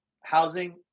housing